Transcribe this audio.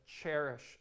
cherish